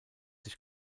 sich